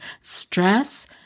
stress